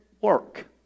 work